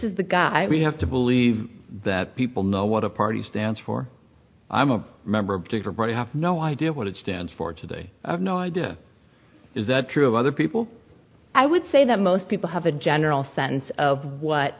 is the guy we have to believe that people know what a party stands for i'm a member of digger but i have no idea what it stands for today i have no idea is that true of other people i would say that most people have a general sense of what